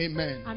Amen